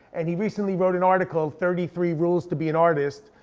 and he recently wrote an article, thirty three rules to be an artist,